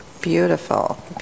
Beautiful